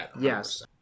Yes